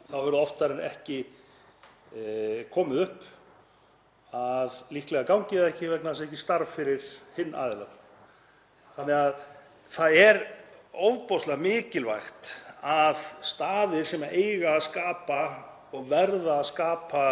þá hefur það oftar en ekki komið upp að líklega gangi það ekki vegna þess að það sé ekki starf fyrir hinn aðilann, þannig að það er ofboðslega mikilvægt að staðir sem eiga að skapa og verða að skapa